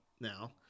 Now